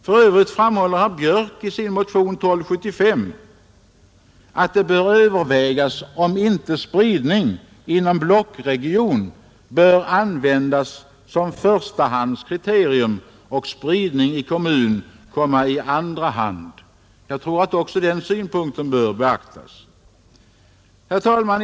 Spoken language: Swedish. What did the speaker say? För övrigt framhåller herr Björk i Göteborg i sin motion 1275 att det bör övervägas om inte spridning inom blockregion bör användas som förstahandskriterium och spridning i kommun komma i andra hand. Jag tror att också den synpunkten bör beaktas. Herr talman!